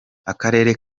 akarere